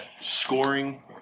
scoring